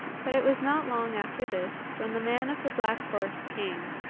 but it was not long after this when the man of the black horse came,